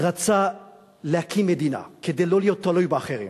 רצה להקים מדינה כדי לא להיות תלוי באחרים,